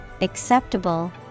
acceptable